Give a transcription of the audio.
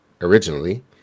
originally